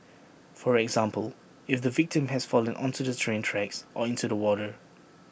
for example if the victim has fallen onto the train tracks or into the water